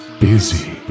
Busy